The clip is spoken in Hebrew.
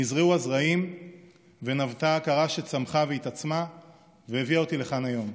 נזרעו הזרעים ונבטה ההכרה שצמחה והתעצמה והביאה אותי לכאן היום.